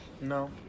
No